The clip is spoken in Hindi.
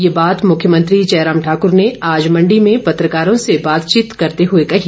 ये बात मुख्यमंत्री जयराम ठाकूर ने आज मंडी में पत्रकारों से बातचीत करते हुए कही